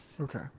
Okay